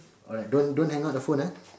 alright don't don't hang up the phone ah